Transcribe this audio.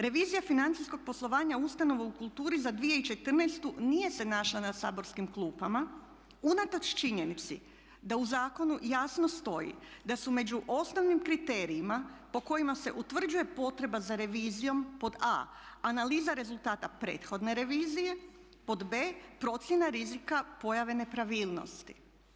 Revizija financijskog poslovanja ustanova u kulturi za 2014.nije se našla na saborskim klupama unatoč činjenici da u zakonu jasno stoji da su među osnovnim kriterijima po kojima se utvrđuje potreba za revizijom pod a)analiza rezultata prethodne revizije, b)procjena rizika pojave nepravilnosti.